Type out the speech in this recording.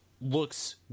looks